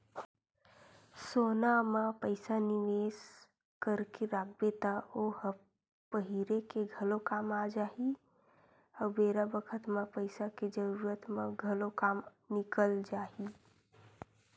सोना म पइसा निवेस करके राखबे त ओ ह पहिरे के घलो काम आ जाही अउ बेरा बखत म पइसा के जरूरत म घलो काम निकल जाही